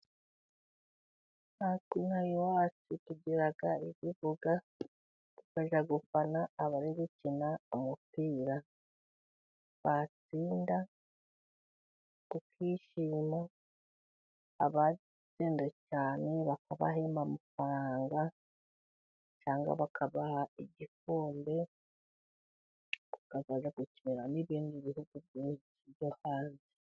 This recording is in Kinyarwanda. Natwe inaha iwacu tugira ibibuga tukajya gufana abari gukina umupira batsinda tukishima. Abatsinze cyane bakabahemba amafaranga, cyangwa bakabaha igikombe bakazajya gukina n'ibindi bihugu byinshi byo hanze.